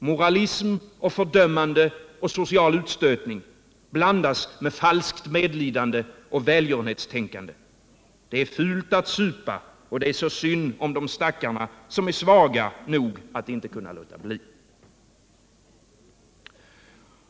Moralism och fördömande och social utstötning blandas med falskt medlidande och välgörenhetstänkande — det är fult att supa och det är så synd om de stackarna som är svaga nog att inte kunna låta bli.